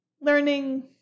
learning